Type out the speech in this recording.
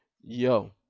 yo